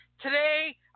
today